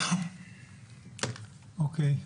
אוקיי,